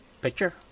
picture